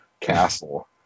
castle